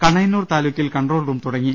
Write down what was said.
കണയന്നൂർ താലൂക്കിൽ control room തുടങ്ങി